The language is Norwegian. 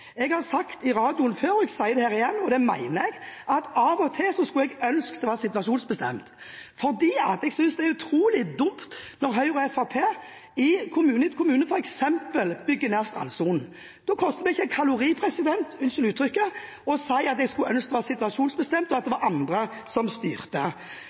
at av og til skulle jeg ønske det var situasjonsbestemt. Jeg synes f.eks. det er utrolig dumt når Høyre og Fremskrittspartiet i kommune etter kommune bygger ned strandsonen. Da koster det meg ikke en kalori – unnskyld uttrykket – å si at jeg skulle ønske at det var situasjonsbestemt, og at det var andre som styrte.